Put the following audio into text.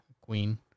queen